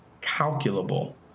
calculable